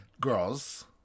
girls